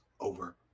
over